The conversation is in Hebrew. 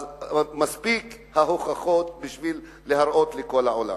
אז מספיק ההוכחות בשביל להראות לכל העולם.